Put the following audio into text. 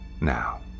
Now